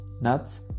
nuts